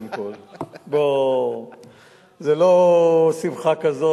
או שלוקחים אותם הצדה או שמפשיטים